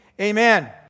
amen